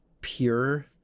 pure